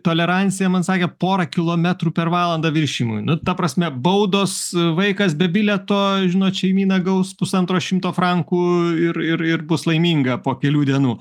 tolerancija man sakė pora kilometrų per valandą viršijimui nu ta prasme baudos vaikas be bilieto žinot šeimyna gaus pusantro šimto frankų ir ir ir bus laiminga po kelių dienų